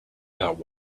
that